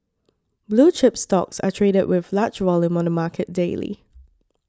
blue chips stocks are traded with large volume on the market daily